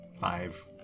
Five